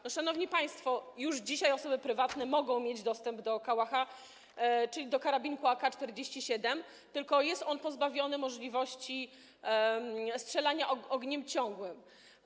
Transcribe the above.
No, szanowni państwo, już dzisiaj osoby prywatne mogą mieć dostęp do kałacha, czyli karabinka AK-47, tylko jest on pozbawiony możliwości strzelania ogniem ciągłym.